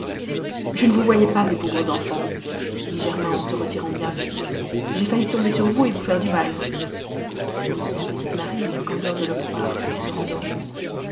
je ne vous voyais pas mes pauvres enfants dit germain en se retirant bien vite j'ai failli tomber sur vous et vous faire du mal la petite marie eut la candeur de le croire et se rendormit